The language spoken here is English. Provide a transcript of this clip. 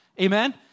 Amen